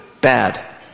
bad